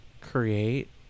create